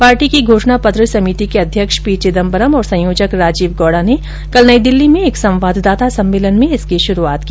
party की घोषणा पत्र समिति के अध्यक्ष पी चिदम्बरम और संयोजक राजीव गोड़ा ने कल नई दिल्ली में एक संवाददाता सम्मेलन में इसकी शुरूआत की